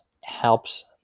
helps